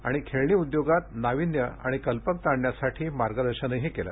आणि खेळणी उद्योगात नावीन्य आणि कल्पकता आणण्यासाठी मार्गदर्शनही केलं